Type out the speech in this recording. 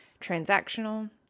Transactional